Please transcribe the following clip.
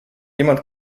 jemand